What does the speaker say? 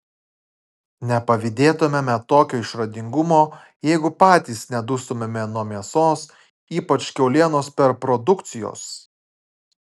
nepavydėtumėme tokio išradingumo jeigu patys nedustumėme nuo mėsos ypač kiaulienos perprodukcijos